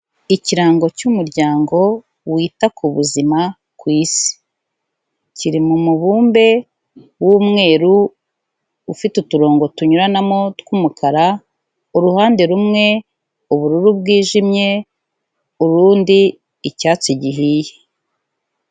Ikirango cy'Umuryango wita ku buzima ku Isi, kiri mu mubumbe w'umweru, ufite uturongo tunyuranamo tw'umukara, uruhande rumwe ubururu bwijimye, urundi icyatsi gihiye.